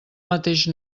mateix